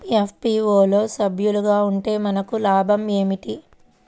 FPO లో సభ్యులుగా ఉంటే మనకు లాభం ఏమిటి?